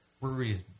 breweries